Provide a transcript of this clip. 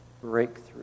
Breakthrough